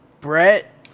Brett